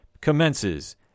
commences